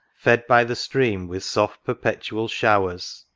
fed by the stream with soft perpetual showers,